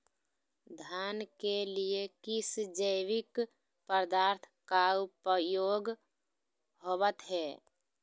धान के लिए किस जैविक पदार्थ का उपयोग होवत है?